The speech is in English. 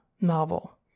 novel